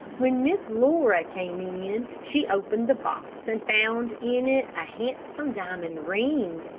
when miss laura came in, she opened the box, and found in it a handsome diamond ring.